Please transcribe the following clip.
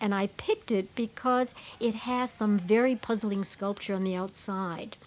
and i picked it because it has some very puzzling sculpture on the outside